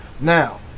Now